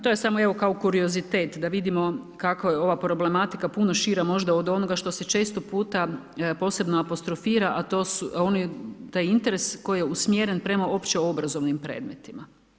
To je samo kao evo kuriozitet da vidimo kakva je ova problematika puno šira možda od onoga što se često puta posebno apostrofira, a taj interes koji je usmjeren prema opće obrazovnim predmetima.